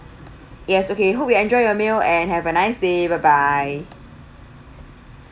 yes okay hope you enjoy your meal and have a nice day bye bye